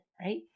right